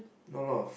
not a lot of